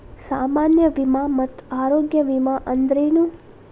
ಸಾಮಾನ್ಯ ವಿಮಾ ಮತ್ತ ಆರೋಗ್ಯ ವಿಮಾ ಅಂದ್ರೇನು?